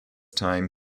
time